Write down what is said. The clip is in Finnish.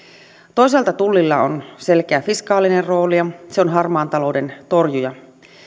toisaalta tullilla on selkeä fiskaalinen rooli ja se on harmaan talouden torjuja